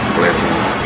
blessings